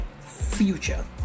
future